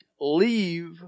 leave